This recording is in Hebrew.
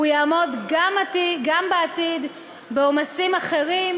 הוא יעמוד גם בעתיד בעומסים אחרים,